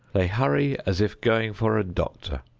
they hurry as if going for a doctor.